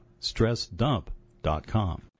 StressDump.com